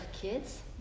kids